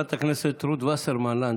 חברת הכנסת רות וסרמן לנדה,